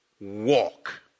walk